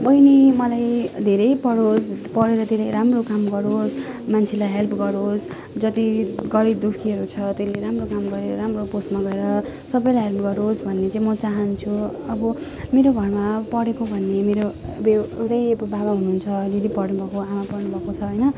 बहिनी मलाई धेरै पढोस् पढेर धेरै राम्रो काम गरोस् मन्छेलाई हेल्प गरोस् जति गरिबदुखीहरू छ त्यसले राम्रो काम गरेर राम्रो पोस्टमा गएर सबैलाई हेल्प गरोस् भन्ने चाहिँ म चाहन्छु अब मेरो घरमा पढेको भन्ने मेरो यो एउटै यो बाबा हुनुहुन्छ अलिअलि पढ्नुभएको आमा पढ्नुभएको छ होइन